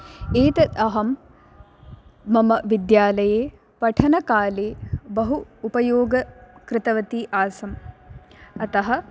एतत् अहं मम विद्यालये पठनकाले बहु उपयोगं कृतवती आसम् अतः